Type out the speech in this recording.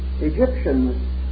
Egyptians